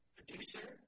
producer